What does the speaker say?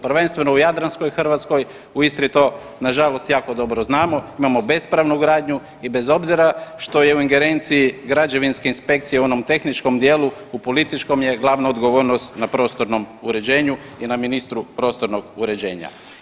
Prvenstveno u jadranskoj Hrvatskoj, u Istri to nažalost jako dobro znamo, imamo bespravnu gradnju i bez obzira što je u ingerenciji građevinske inspekcije u onom tehničkom dijelu, u političkom je glavna odgovornost na prostornom uređuju i na ministru prostornog uređenja.